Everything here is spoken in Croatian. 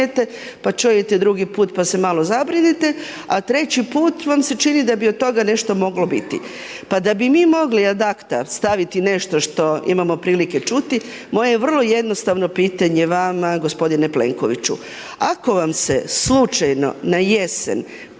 pa čujete drugi put pa se malo zabrinete, a treći put vam se čini da bi od toga nešto moglo biti. Pa da bi mi mogli ad acta staviti nešto što imamo prilike čuti, moje vrlo jednostavno pitanje vama, g. Plenkoviću. Ako vam se slučajno na jesen